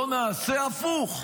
בוא נעשה הפוך: